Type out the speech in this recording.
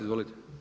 Izvolite.